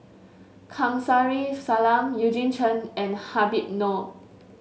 Kamsari Salam Eugene Chen and Habib Noh